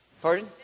Pardon